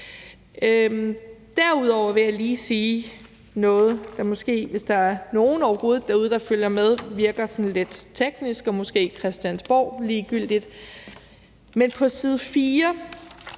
Derudover vil jeg lige sige noget, der måske, hvis der overhovedet er nogen derude, der følger med, virker sådan lidt teknisk og måske også christiansborgligegyldigt, men på side 4